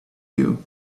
you